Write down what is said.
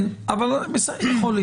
יכול להיות.